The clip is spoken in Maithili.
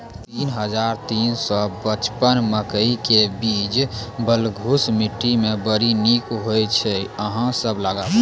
तीन हज़ार तीन सौ पचपन मकई के बीज बलधुस मिट्टी मे बड़ी निक होई छै अहाँ सब लगाबु?